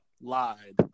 lied